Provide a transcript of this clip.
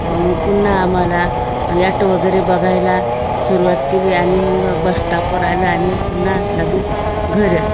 पुन्हा आम्हाला ॲटो वगैरे बघायला सुरुवात केली आणि मग बसस्टापवर आलो आणि पुन्हा लगेच घरं